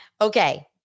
Okay